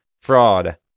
Fraud